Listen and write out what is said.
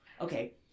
Okay